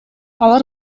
алар